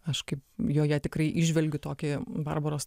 aš kaip joje tikrai įžvelgiu tokį barbaros